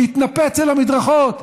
להתנפץ על המדרכות.